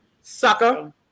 Sucker